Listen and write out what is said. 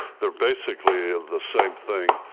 they're basically the same thing.